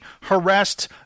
harassed